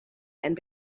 and